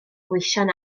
gweision